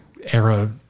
era